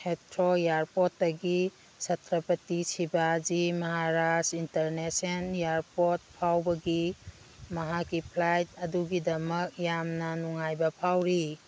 Heathrow ꯏꯌꯥꯔꯄꯣꯠꯇꯒꯤ ꯁꯠꯇ꯭ꯔꯄꯇꯤ ꯁꯤꯕꯥꯖꯤ Maharaj international airport ꯐꯥꯎꯕꯒꯤ ꯃꯍꯥꯛꯀꯤ ꯐ꯭ꯂꯥꯏꯠ ꯑꯗꯨꯒꯤꯗꯃꯛ ꯌꯥꯝꯅ ꯅꯨꯡꯉꯥꯏꯕ ꯐꯥꯎꯔꯤ